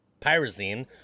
pyrazine